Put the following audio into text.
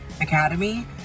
Academy